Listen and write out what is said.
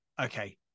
okay